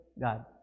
God